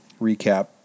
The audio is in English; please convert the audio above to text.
recap